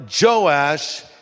Joash